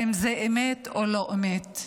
אם זו אמת או לא אמת.